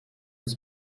its